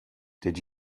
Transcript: did